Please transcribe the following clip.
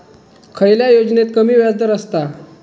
खयल्या योजनेत कमी व्याजदर असता?